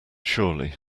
surely